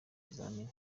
ibizamini